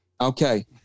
Okay